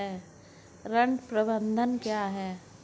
ऋण प्रबंधन क्या है?